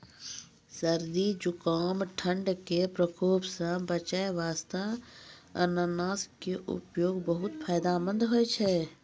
सर्दी, जुकाम, ठंड के प्रकोप सॅ बचै वास्तॅ अनानस के उपयोग बहुत फायदेमंद छै